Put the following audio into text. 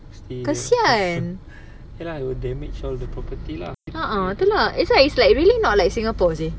kesian uh uh tu lah that's why it's like really not like singapore seh